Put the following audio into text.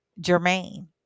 Jermaine